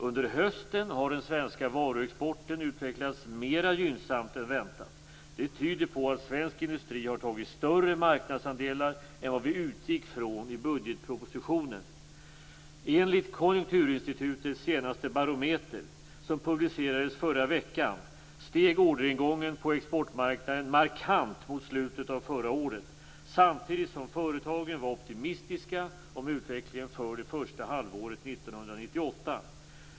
Under hösten har den svenska varuexporten utvecklats mer gynnsamt än väntat. Det tyder på att svensk industri har tagit större marknadsandelar än vad vi utgick från i budgetpropositionen. Enligt Konjunkturinstitutets senaste barometer som publicerades förra veckan steg orderingången på exportmarknaden markant mot slutet av förra året, samtidigt som företagen var optimistiska om utvecklingen för det första halvåret 1998.